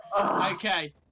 Okay